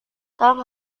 tom